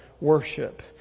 worship